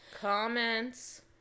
comments